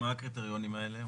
מה הקריטריונים האלה?